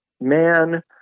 man